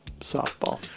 softball